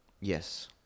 Yes